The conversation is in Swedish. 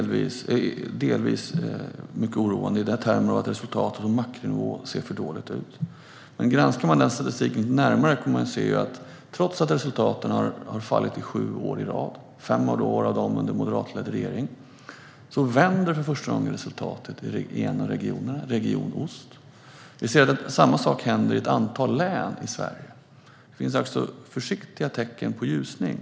Läget är delvis mycket oroande i termer av att resultaten på makronivå ser för dåliga ut. Men granskar man den statistiken närmare ser man att trots att resultaten har fallit i sju år i rad - i fem av dessa år var det en moderatledd regering - vänder för första gången resultaten i en av regionerna, Region Öst. Samma sak händer i ett antal län i Sverige. Det finns alltså försiktiga tecken på ljusning.